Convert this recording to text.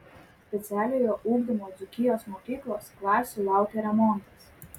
specialiojo ugdymo dzūkijos mokyklos klasių laukia remontas